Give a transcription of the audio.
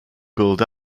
built